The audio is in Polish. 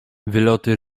wyloty